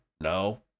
no